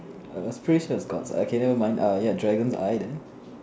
err was pretty sure it's god's eye never mind uh ya dragon eyed